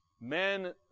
Men